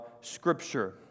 Scripture